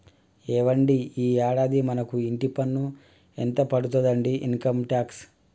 ఏవండి ఈ యాడాది మనకు ఇంటి పన్ను ఎంత పడతాదండి ఇన్కమ్ టాక్స్